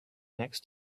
next